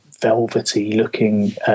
velvety-looking